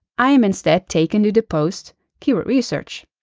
i am instead taken to the post keyword research.